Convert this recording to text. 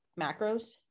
macros